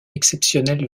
exceptionnelle